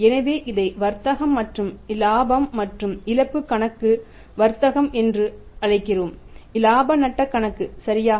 எனவே இதை வர்த்தகம் மற்றும் லாபம் மற்றும் இழப்பு கணக்கு வர்த்தகம் என்று அழைக்கிறோம் லாப நஷ்ட கணக்கு சரியா